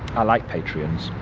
i like patreon's.